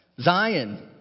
Zion